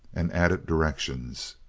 and added directions.